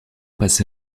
passé